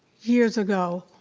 years ago,